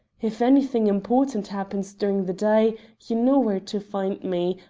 if anything important happens during the day you know where to find me,